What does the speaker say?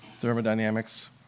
thermodynamics